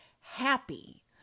happy